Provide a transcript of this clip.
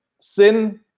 sin